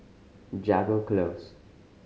Jago Close